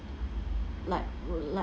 like like